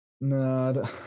No